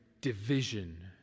division